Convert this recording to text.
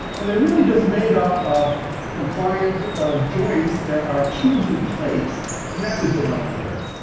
and they're really just made up of compliant joints that are tubes and plates connected to one another.